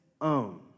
own